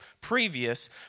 previous